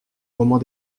moment